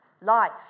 life